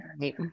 Right